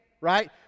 right